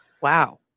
Wow